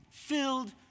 Filled